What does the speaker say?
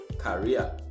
career